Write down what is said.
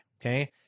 okay